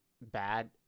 bad